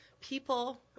People